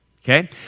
Okay